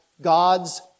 God's